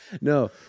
no